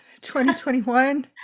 2021